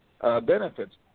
benefits